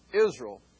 Israel